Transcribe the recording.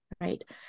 right